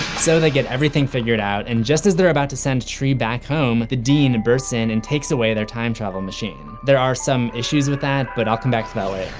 so they get everything figured out, and just as they're about to send tree back home, the dean bursts in and takes away their time-travel machine. there are some issues with that, but i'll come back to it